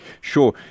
Sure